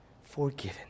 forgiven